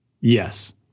yes